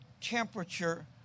Temperature